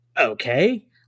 okay